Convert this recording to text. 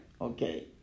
Okay